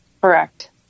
Correct